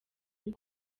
kuri